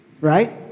right